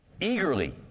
Eagerly